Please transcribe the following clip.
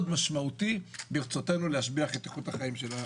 משמעותי ברצותנו להשביח את איכות החיים.